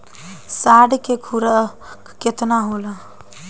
साढ़ के खुराक केतना होला?